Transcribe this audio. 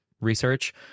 research